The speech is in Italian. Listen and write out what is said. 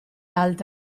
altre